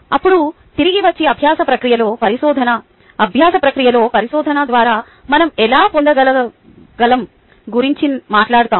అప్పుడు తిరిగి వచ్చి అభ్యాస ప్రక్రియలో పరిశోధన అభ్యాస ప్రక్రియలో పరిశోధన ద్వారా మనం ఎలా పొందగలం గురించి మాట్లాడుతాము